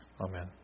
Amen